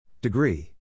Degree